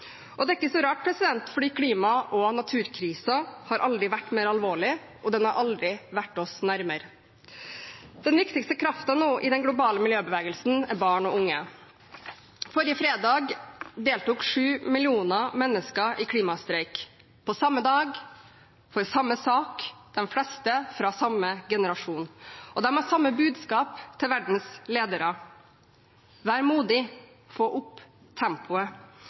miljøpolitikk. Det er ikke så rart, for klima- og naturkrisen har aldri vært mer alvorlig, og den har aldri vært oss nærmere. Den viktigste kraften i den globale miljøbevegelsen er barn og unge. Forrige fredag deltok 7 millioner mennesker i klimastreik – på samme dag, for samme sak, de fleste fra samme generasjon. Og de har samme budskap til verdens ledere: Vær modig, få opp tempoet!